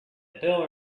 bill